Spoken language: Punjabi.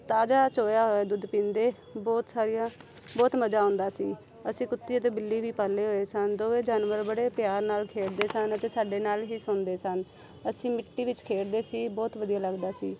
ਤਾਜ਼ਾ ਚੋਇਆ ਹੋਇਆ ਦੁੱਧ ਪੀਂਦੇ ਬਹੁਤ ਸਾਰੀਆਂ ਬਹੁਤ ਮਜ਼ਾ ਆਉਂਦਾ ਸੀ ਅਸੀਂ ਕੁੱਤੀ ਅਤੇ ਬਿੱਲੀ ਵੀ ਪਾਲੇ ਹੋਏ ਸਨ ਦੋਵੇਂ ਜਾਨਵਰ ਬੜੇ ਪਿਆਰ ਨਾਲ ਖੇਡਦੇ ਸਨ ਅਤੇ ਸਾਡੇ ਨਾਲ ਹੀ ਸੋਂਦੇ ਸਨ ਅਸੀਂ ਮਿੱਟੀ ਵਿੱਚ ਖੇਡਦੇ ਸੀ ਬਹੁਤ ਵਧੀਆ ਲੱਗਦਾ ਸੀ